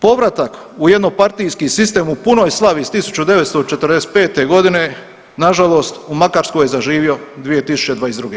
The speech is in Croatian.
Povratak u jednopartijski sistem u punoj slavi iz 1945. godine nažalost u Makarskoj je zaživio 2022.